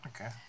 Okay